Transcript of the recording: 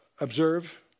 observe